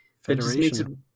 federation